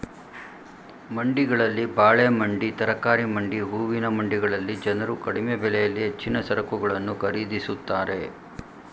ಮಂಡಿಗಳಲ್ಲಿ ಬಾಳೆ ಮಂಡಿ, ತರಕಾರಿ ಮಂಡಿ, ಹೂವಿನ ಮಂಡಿಗಳಲ್ಲಿ ಜನರು ಕಡಿಮೆ ಬೆಲೆಯಲ್ಲಿ ಹೆಚ್ಚಿನ ಸರಕುಗಳನ್ನು ಖರೀದಿಸುತ್ತಾರೆ